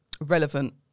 relevant